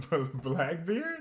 Blackbeard